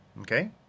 Okay